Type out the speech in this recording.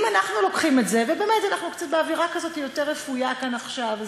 אם אנחנו לוקחים את זה ואנחנו באווירה קצת יותר רפויה עכשיו,